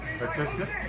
assistant